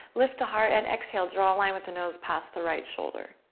lift the heart, and exhale. draw a line with the nose past the right shoulder.